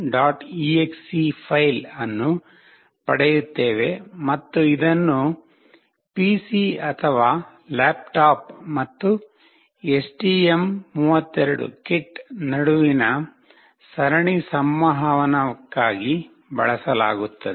exe file ಅನ್ನು ಪಡೆಯುತ್ತೇವೆ ಮತ್ತು ಇದನ್ನು ಪಿಸಿ ಅಥವಾ ಲ್ಯಾಪ್ಟಾಪ್ ಮತ್ತು STM32 ಕಿಟ್ ನಡುವಿನ ಸರಣಿ ಸಂವಹನಕ್ಕಾಗಿ ಬಳಸಲಾಗುತ್ತದೆ